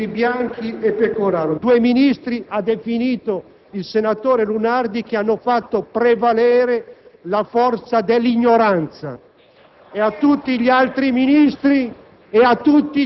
Critiche offensive nei confronti dei ministri Bianchi e Pecoraro Scanio; due Ministri, ha detto il senatore Lunardi, che hanno fatto prevalere la forza dell'ignoranza.